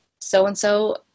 so-and-so